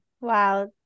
wow